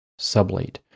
sublate